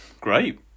Great